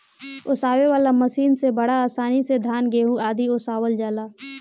ओसावे वाला मशीन से बड़ा आसानी से धान, गेंहू आदि ओसावल जाला